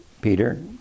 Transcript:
Peter